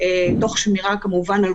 תוך שמירה כמובן על